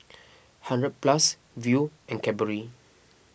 hundred Plus Viu and Cadbury